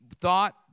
thought